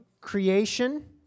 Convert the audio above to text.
creation